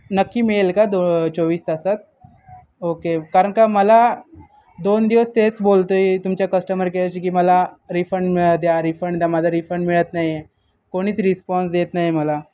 नक्की मिळेल का दो चोवीस तासात ओके कारण का मला दोन दिवस तेच बोलतो आहे तुमच्या कस्टमर केअरशी की मला रिफंड द्या रिफंड द्या माझा रिफंड मिळत नाही आहे कोणीच रिस्पॉन्स देत नाही मला